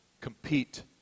compete